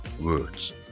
words